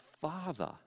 Father